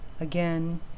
again